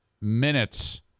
minutes